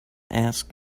ask